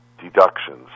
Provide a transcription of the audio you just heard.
deductions